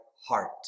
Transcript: heart